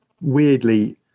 weirdly